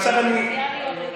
ואני מקווה לאחוז בשיפולי